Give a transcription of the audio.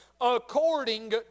According